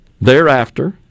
thereafter